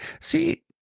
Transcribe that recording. See